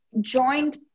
joined